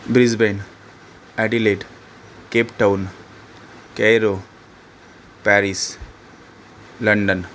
Brisbane Adelaide Cape Town Cairo Paris London